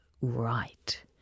right